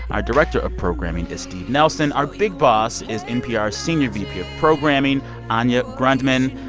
our director of programming is steve nelson. our big boss is npr's senior vp of programming anya grundmann.